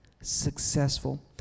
successful